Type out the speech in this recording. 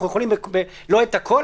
אנחנו יכולים לא את הכול,